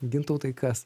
gintautai kas